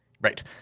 Right